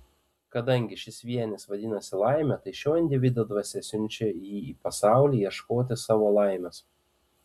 kadangi šis vienis vadinasi laimė tai šio individo dvasia siunčia jį į pasaulį ieškoti savo laimės